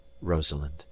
Rosalind